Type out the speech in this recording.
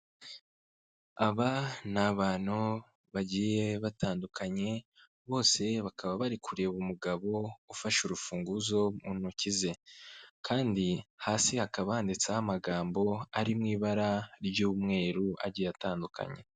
Aba ni abantu bagiye batandukanye bose bakaba bari kureba umugabo ufashe urufunguzo mu ntoki ze kandi hasi hakaba handitseho amagambo ari mu ibara ry'umweru agiye atandukanye.